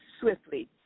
swiftly